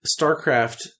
Starcraft